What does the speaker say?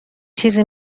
چیزی